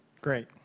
Great